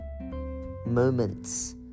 moments